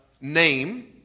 name